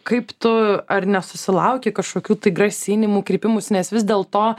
kaip tu ar nesusilauki kažkokių tai grasinimų kreipimųsi nes vis dėl to